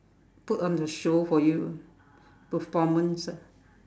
put on a show for you ah performance ah